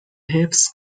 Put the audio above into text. حفظ